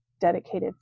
dedicated